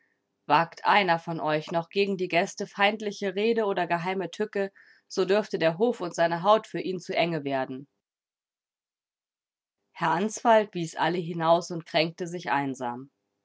wagt einer von euch noch gegen die gäste feindliche rede oder geheime tücke so dürfte der hof und seine haut für ihn zu enge werden herr answald wies alle hinaus und kränkte sich einsam